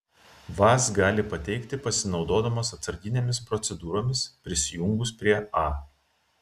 vaz gali pateikti pasinaudodamos atsarginėmis procedūromis prisijungus prie a